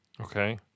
Okay